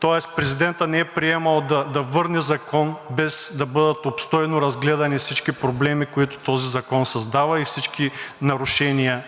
тоест президентът не е приемал да върне закон, без да бъдат обстойно разгледани всички проблеми, които този закон създава и всички правонарушения,